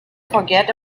forget